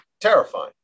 terrifying